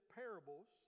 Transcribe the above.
parables